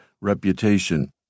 reputation